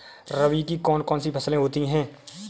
रबी की कौन कौन सी फसलें होती हैं?